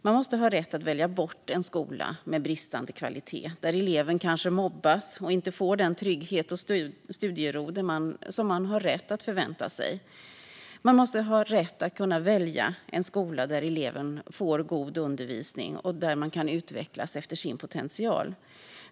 Man måste ha rätt att välja bort en skola med bristande kvalitet, där eleven kanske mobbas och inte får den trygghet och studiero som man har rätt att förvänta sig. Man måste ha rätt att välja en skola där eleven får god undervisning och där eleven kan utvecklas efter sin potential.